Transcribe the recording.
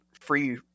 free